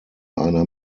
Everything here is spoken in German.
einer